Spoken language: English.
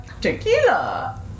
tequila